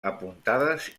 apuntades